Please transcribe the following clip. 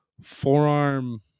forearm